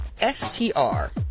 S-T-R